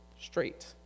straight